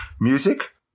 music